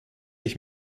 ich